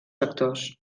actors